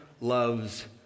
loves